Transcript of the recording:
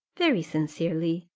very sincerely,